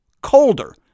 colder